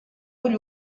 ull